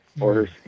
Orders